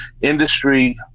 industry